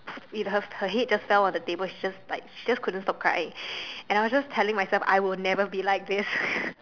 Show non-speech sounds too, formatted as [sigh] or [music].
it her her head just fell on the table she just like she just couldn't stop crying and I was just telling myself I will never be like this [laughs]